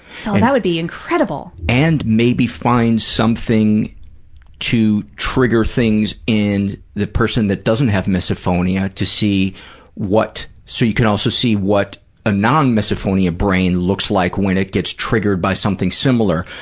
so that would be incredible. and maybe find something to trigger things in the person that doesn't have misophonia to see what, so you can also see what a non-misophonia brain looks like when it gets triggered by something similar,